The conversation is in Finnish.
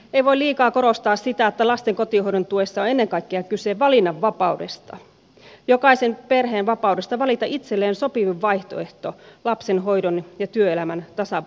ei voi liikaa korostaa sitä että lasten kotihoidon tuessa on ennen kaikkea kyse valinnanvapaudesta jokaisen perheen vapaudesta valita itselleen sopivin vaihtoehto lapsenhoidon ja työelämän tasapainon suhteen